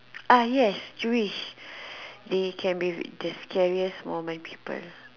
uh yes Jewish they can be the scariest small man people